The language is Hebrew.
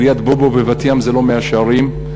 קריית-באבוב בבת-ים זה לא מאה-שערים,